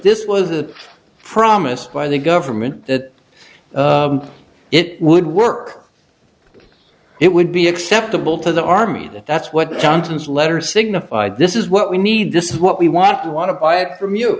this was the promise by the government that it would work it would be acceptable to the army and that's what qantas letter signified this is what we need this is what we want we want to buy it from you